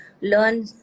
learn